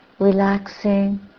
relaxing